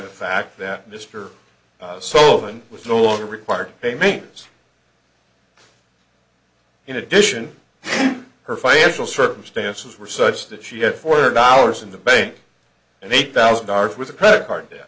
the fact that mr so was no longer required pay me in addition her financial circumstances were such that she had four hundred dollars in the bank and eight thousand dollars with a credit card debt